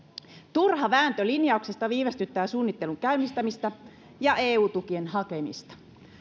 turha vääntö linjauksista viivästyttää suunnittelun käynnistämistä ja eu tukien hakemista